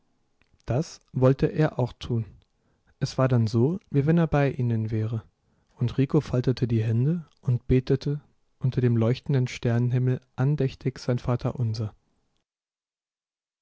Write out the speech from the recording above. das wollte er auch tun es war dann so wie wenn er bei ihnen wäre und rico faltete die hände und betete unter dem leuchtenden sternenhimmel andächtig sein vaterunser